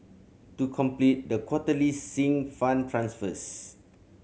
to complete the quarterly Sinking Fund transfers